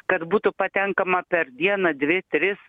kad būtų patenkama per dieną dvi tris